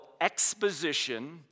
exposition